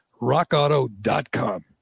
rockauto.com